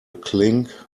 clink